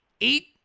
eight